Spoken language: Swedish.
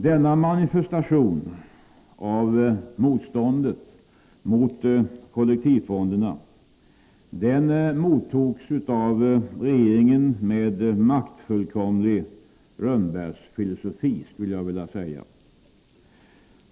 Denna manifestation av motståndet mot kollektivfonderna mottogs av regeringen med maktfullkomlig rönnbärsfilosofi.